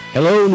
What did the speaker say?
Hello